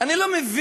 אני לא מבין